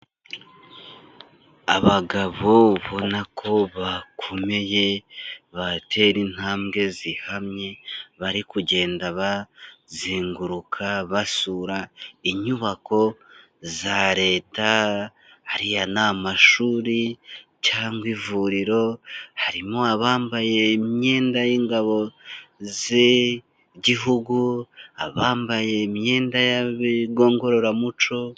Abagabo ubona ko bakomeye batera intambwe zihamye, bari kugenda bazenguruka basura inyubako za leta, ariya ni amashuri cyangwa ivuriro, harimo abambaye imyenda y'ingabo z'igihugu abambaye imyenda y'ibigo ngororamuco.